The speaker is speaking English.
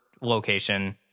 location